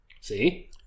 see